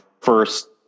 first